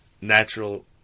Natural